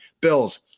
Bills